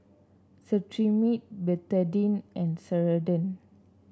Cetrimide Betadine and Ceradan